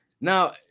Now